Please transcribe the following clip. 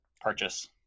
purchase